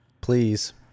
please